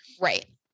Right